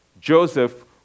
Joseph